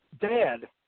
dad